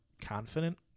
confident